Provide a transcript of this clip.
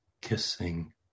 kissing